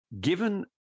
given